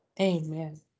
Amen